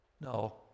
No